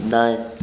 दाएँ